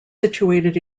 situated